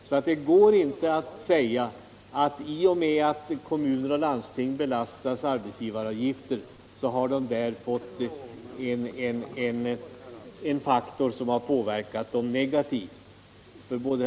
Det går sålunda inte att säga alt arbetsgivaravgiften för kommuner och landsting är en faktor som påverkar dem enbart negativt.